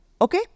Okay